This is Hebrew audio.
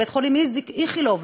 בבית-חולים איכילוב,